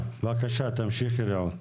בבקשה, תמשיכי רעות.